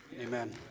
Amen